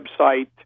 website